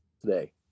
today